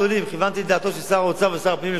לדעתו של שר האוצר ושר הפנים לשעבר,